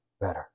better